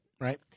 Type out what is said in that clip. right